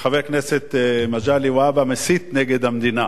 שחבר הכנסת מגלי והבה מסית נגד המדינה.